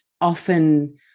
often